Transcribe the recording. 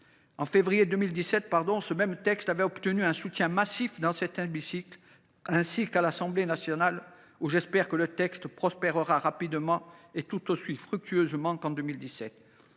En février 2017, ce même texte avait obtenu un soutien massif dans cet hémicycle, ainsi qu’à l’Assemblée nationale, où j’espère que le texte prospérera rapidement cette fois ci encore et tout